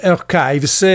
Archives